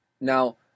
Now